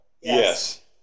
Yes